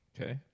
Okay